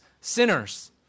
sinners